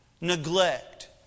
neglect